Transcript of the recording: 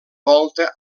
volta